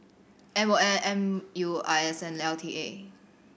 M O M U I S and L T A